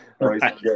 right